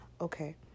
Okay